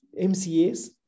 mcas